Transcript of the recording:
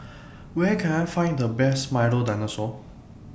Where Can I Find The Best Milo Dinosaur